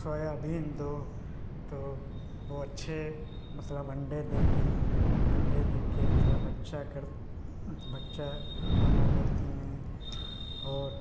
soybean दो तो वह अच्छे मतलब अण्डे देगी अण्डे देकर मतलब अच्छा कर बच्चा बना देती है और